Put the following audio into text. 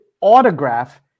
autograph